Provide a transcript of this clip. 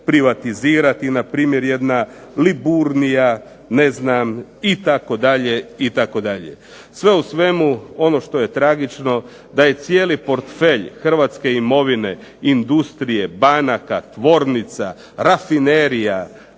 privatizirati, na primjer jedna Liburnija, itd. Sve u svemu ono što je tragično da je cijeli portfelj Hrvatske imovine, industrije, banaka, tvornica, rafinerija,